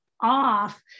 off